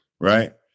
right